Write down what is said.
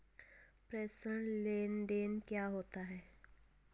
प्रेषण लेनदेन क्या है?